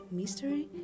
mystery